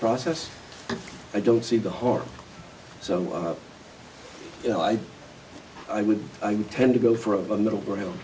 process i don't see the harm so you know i would i would tend to go for a middle ground